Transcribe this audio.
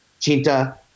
Chinta